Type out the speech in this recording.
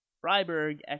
Freiburg